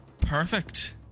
Perfect